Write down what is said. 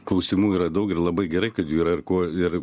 klausimų yra daug ir labai gerai kad jų yra ir ko ir